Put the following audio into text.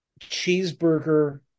cheeseburger